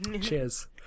Cheers